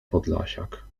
podlasiak